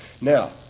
Now